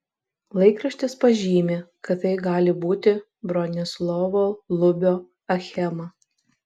laikraštis pažymi kad tai gali būti bronislovo lubio achema